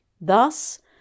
Thus